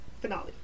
finale